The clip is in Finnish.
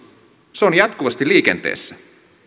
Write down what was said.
se on jatkuvasti liikenteessä